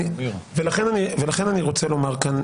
ולכן אני רוצה לומר כאן